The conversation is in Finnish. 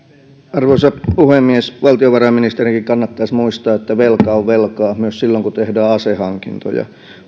arvoisa puhemies valtiovarainministerinkin kannattaisi muistaa että velka on velkaa myös silloin kun tehdään asehankintoja